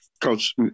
Coach